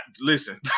Listen